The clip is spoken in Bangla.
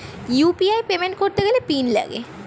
ইউ.পি.আই পেমেন্ট করতে গেলে পিন লাগে